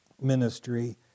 ministry